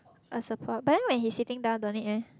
a support but then when he sitting down don't need eh